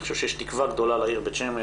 אני חושב שיש תקווה גדולה לעיר בית שמש.